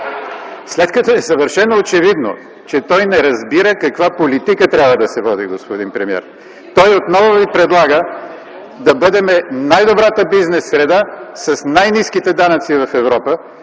след като е съвършено очевидно, че той не разбира каква политика трябва да се води, господин премиер? (Шум и реплики от ГЕРБ.) Той отново Ви предлага да бъдем най-добрата бизнес среда с най-ниските данъци в Европа